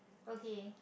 okay